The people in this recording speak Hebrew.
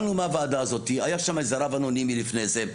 היה שם איזה רב אנונימי לפני זה,